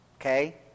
Okay